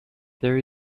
there